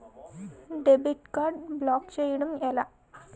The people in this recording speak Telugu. డెబిట్ కార్డ్ బ్లాక్ చేయటం ఎలా?